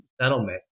settlement